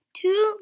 two